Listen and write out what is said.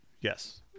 Yes